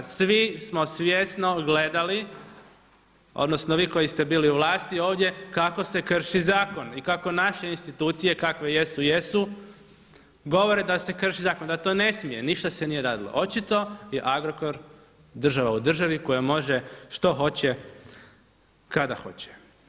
Svi smo svjesno gledali, odnosno vi koji ste bili u vlasti ovdje kako se krši zakon i kako naše institucije kakve jesu, jesu govore da se krši zakon, da to ne smije, ništa se nije radilo, očito je Agrokor država u državi koja može što hoće, kada hoće.